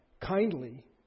kindly